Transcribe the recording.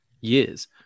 years